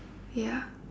ya